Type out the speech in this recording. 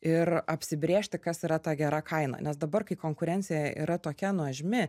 ir apsibrėžti kas yra ta gera kaina nes dabar kai konkurencija yra tokia nuožmi